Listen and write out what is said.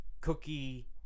cookie